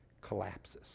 collapses